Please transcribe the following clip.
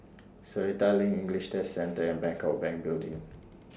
Seletar LINK English Test Centre Bangkok Bank Building